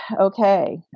okay